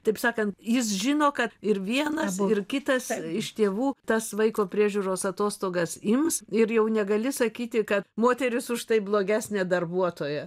taip sakant jis žino kad ir vienas ir kitas iš tėvų tas vaiko priežiūros atostogas ims ir jau negali sakyti kad moteris už tai blogesnė darbuotoja